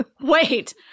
wait